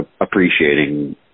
appreciating